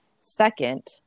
Second